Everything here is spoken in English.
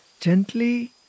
Gently